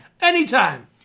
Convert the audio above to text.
Anytime